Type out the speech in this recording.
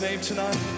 tonight